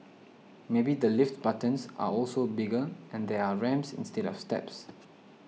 maybe the lift buttons are also bigger and there are ramps instead of steps